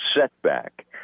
setback